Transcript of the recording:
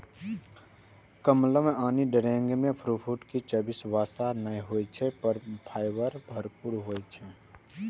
कमलम यानी dragon fruit मे चर्बी या वसा नै होइ छै, पर फाइबर भरपूर होइ छै